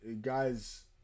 guys